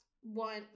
one